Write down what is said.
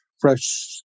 fresh